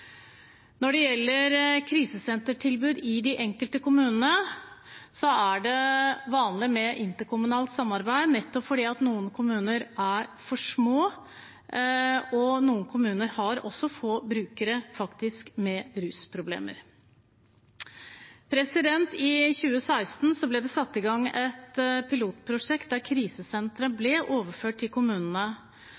er det vanlig med interkommunalt samarbeid, nettopp fordi noen kommuner er for små. Noen kommuner har også få brukere med rusproblemer. I 2016 ble det satt i gang et pilotprosjekt der